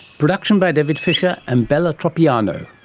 production by david fisher and bella tropiano.